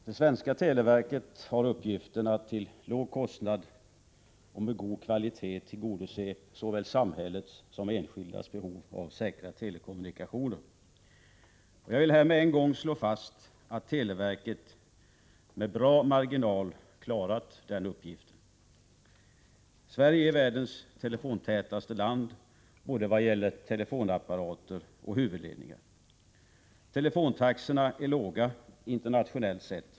Herr talman! Det svenska televerket har uppgiften att till låg kostnad och med god kvalitet tillgodose såväl samhällets som enskildas behov av säkra telekommunikationer. Jag vill här med en gång slå fast att televerket med bra marginal klarat den uppgiften. Sverige är världens telefontätaste land vad gäller både telefonapparater och huvudledningar. Telefontaxorna är låga internationellt sett.